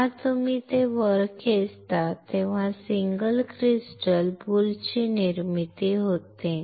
जेव्हा तुम्ही ते वर खेचता तेव्हा सिंगल क्रिस्टल बुल ची निर्मिती होते